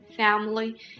family